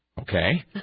Okay